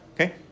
Okay